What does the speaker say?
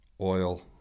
oil